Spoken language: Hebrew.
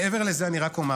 מעבר לזה, אני רק אומר